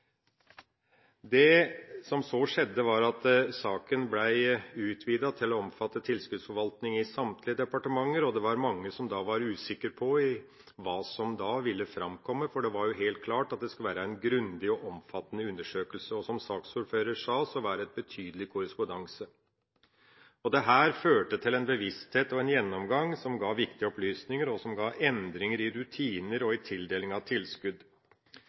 Det som så skjedde, var at saken ble utvidet til å omfatte tilskuddsforvaltning i samtlige departementer, og det var mange som var usikre på hva som da ville framkomme. Det var helt klart at det skulle være en grundig og omfattende undersøkelse, og – som saksordføreren sa – det var en betydelig korrespondanse. Dette førte til en bevissthet og en gjennomgang som ga viktige opplysninger, og som ga endringer i rutiner i tildeling av tilskudd.